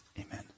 Amen